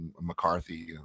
McCarthy